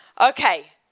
okay